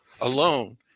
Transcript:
alone